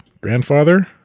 grandfather